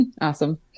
Awesome